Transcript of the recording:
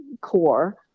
core